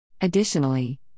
Additionally